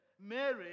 Mary